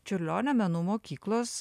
čiurlionio menų mokyklos